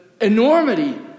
enormity